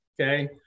Okay